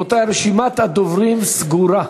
רבותי, רשימת הדוברים סגורה.